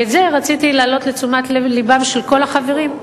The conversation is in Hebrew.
ואת זה רציתי להעלות לתשומת לבם של כל החברים.